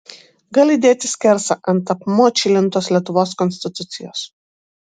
gali dėti skersą ant apmočylintos lietuvos konstitucijos